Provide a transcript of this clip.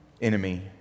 enemy